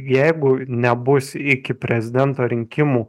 jeigu nebus iki prezidento rinkimų